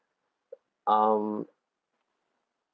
um